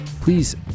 Please